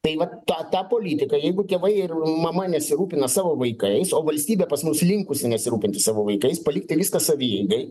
tai vat tą politiką jeigu tėvai ir mama nesirūpina savo vaikais o valstybė pas mus linkusi nesirūpinti savo vaikais palikti viską savieigai